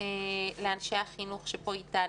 לאנשי החינוך שפה איתנו.